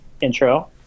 intro